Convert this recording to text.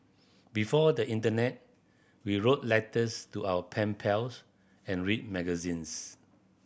before the internet we wrote letters to our pen pals and read magazines